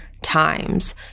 times